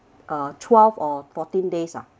uh twelve or fourteen days ah